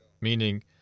Meaning